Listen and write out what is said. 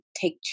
take